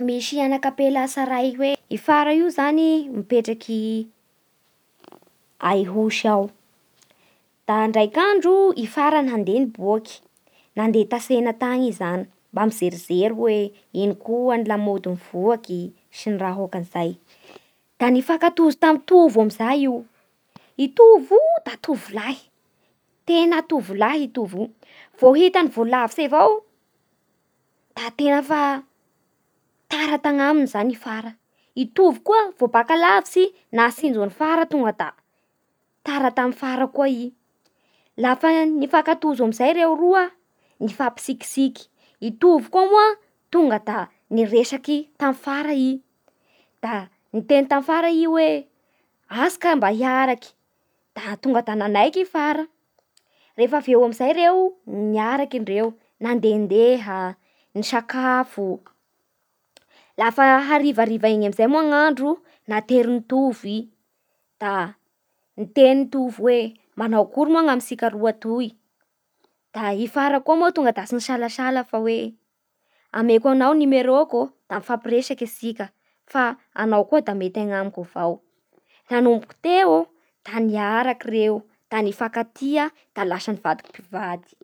Misy anakapela hatsaray, i Fara io zany mipetraky a ihosy ao. Da indraiky andro i Fara nandeha niboaky, nandeha tantsena tany i zany mba mijerijery hoe ino koa ny lamôdy mivoaky sy ny raha ôkan'izay. Da nifankatojo tamin'ny Tovo amin'izay io. I Tovo io da tovolahy, tena tovolahy i Tovo io. Vô hitany vo lavitsy avao da tena fa tara tagnaminy zany i Fara. I Tovo koa vo baka lavitsy vo nahatsinjo an'i Fara tonga da tara tamin'i Fara koa i. Lafa nifankatojo amin'izay ereo roa nifampitsikitsiky. I Tovo koa moa tonga de niresaky tamin'i Fara i. Da niteny tamin'ny Fara i hoe: atsika mba hiaraky. Da tonga da nanaiky i Fara. Rehefa avy eo amin'izay reo niaraky ndreo nandendeha, nisakafo. Laha harivariva iny amin'izay moa ny andro naterin'i Tovo i. Da niteny Tovo hoe manao akory moa ny amintsikaroa toy? Da i Fara koa moa zany tonga de tsy nisalasala fa hoe: ameko anao nimeroko ô. Da mifampiresaky antsika fa anao koa da mety amiko avao. Nanomboky teo sa niaraky izy reo da nifankatia da lasa nivadiky mpivady.